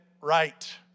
right